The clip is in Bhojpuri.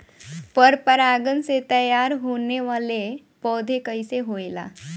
पर परागण से तेयार होने वले पौधे कइसे होएल?